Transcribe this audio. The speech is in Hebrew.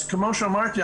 אז כמו שאמרתי,